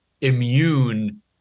immune